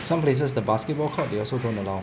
some places the basketball court they also don't allow